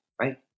right